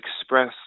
express